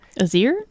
Azir